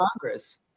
Congress